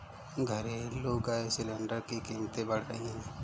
घरेलू gas cylinder की कीमतें बढ़ रही है